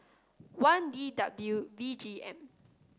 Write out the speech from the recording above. one D W V G M